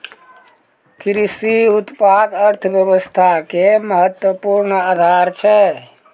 कृषि उत्पाद अर्थव्यवस्था के महत्वपूर्ण आधार छै